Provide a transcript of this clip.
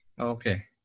Okay